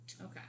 Okay